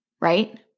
right